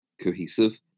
cohesive